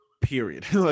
period